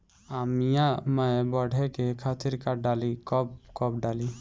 आमिया मैं बढ़े के खातिर का डाली कब कब डाली?